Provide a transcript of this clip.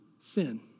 sin